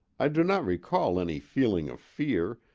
i do not recall any feeling of fear,